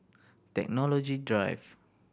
Technology Drive